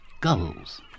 gulls